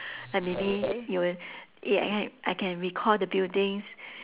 like maybe you will y~ ya I can recall the buildings